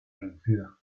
reducida